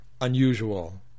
Unusual